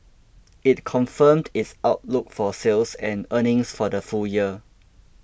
it confirmed its outlook for sales and earnings for the full year